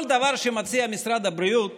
כל דבר שמציע משרד הבריאות